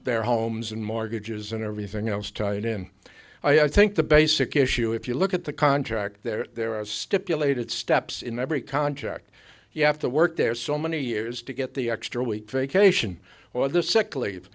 their homes and mortgages and everything else tied in i think the basic issue if you look at the contract there are stipulated steps in every contract you have to work there so many years to get the extra week vacation or th